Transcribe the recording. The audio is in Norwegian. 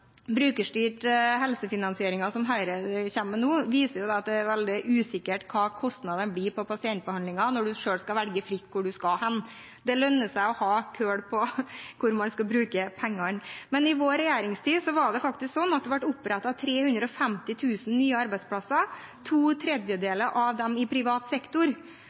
er veldig usikkert hva kostnadene blir på pasientbehandlingen når en selv skal velge fritt hvor en skal. Det lønner seg å ha kontroll på hvor man skal bruke pengene. I vår regjeringstid var det faktisk sånn at det ble opprettet 350 000 nye arbeidsplasser, og to tredjedeler av dem var i privat sektor.